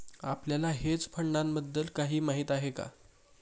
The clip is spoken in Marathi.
आपल्याला हेज फंडांबद्दल काही माहित आहे का?